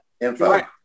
info